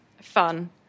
fun